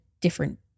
different